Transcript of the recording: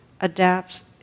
adapts